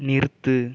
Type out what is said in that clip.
நிறுத்து